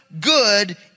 good